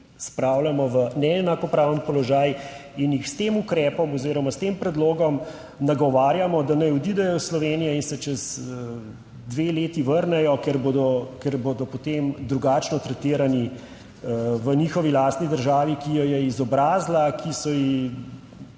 spravljamo v neenakopraven položaj in jih s tem ukrepom oziroma s tem predlogom nagovarjamo, da naj odidejo iz Slovenije in se čez dve leti vrnejo, ker bodo potem drugačno tretirani v njihovi lastni državi, ki jo je izobrazila, ki so ji,